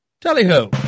Tally-ho